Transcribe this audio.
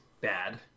bad